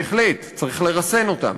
בהחלט, צריך לרסן אותם.